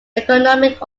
economic